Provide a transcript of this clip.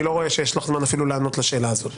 אני לא רואה שיש לך זמן אפילו לענות לשאלה הזאת,